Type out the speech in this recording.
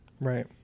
Right